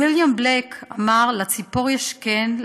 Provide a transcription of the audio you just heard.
ויליאם בלייק אמר: לציפור יש קן,